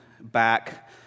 back